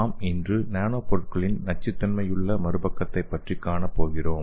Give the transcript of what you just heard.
நாம் இன்று நானோ பொருட்களின் நச்சுத்தன்மையுள்ள மறுபக்கத்தைப் பற்றிக் காணப்போகிறோம்